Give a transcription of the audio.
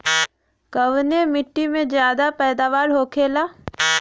कवने मिट्टी में ज्यादा पैदावार होखेला?